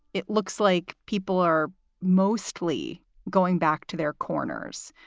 it looks like people are mostly going back to their corners.